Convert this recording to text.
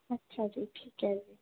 ਅੱਛਾ ਜੀ ਠੀਕ ਹੈ ਜੀ